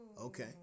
okay